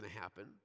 happen